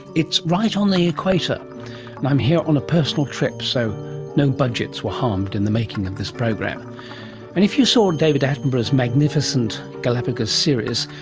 it's right on the equator. and i'm here on a personal trip, so no budgets were harmed in the making of this program. and if you saw david attenborough's magnificent galapagos series,